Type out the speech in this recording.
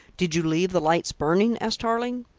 did you leave the lights burning? asked tarling.